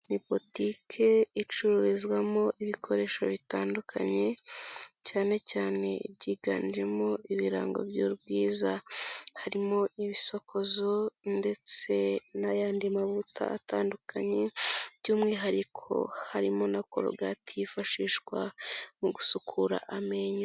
Ni botike icururizwamo ibikoresho bitandukanye cyane cyane ibyiganjemo ibirango by'ubwiza. Harimo ibisokozo ndetse n'ayandi mavuta atandukanye, by'umwihariko harimo na korogati yifashishwa mu gusukura amenyo.